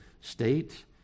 state